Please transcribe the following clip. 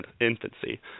infancy